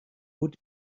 would